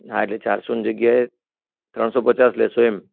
હા એટલે ચારસોની જગ્યાએ ત્રણસો પચાસ લેશો એમ